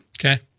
Okay